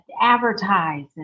advertise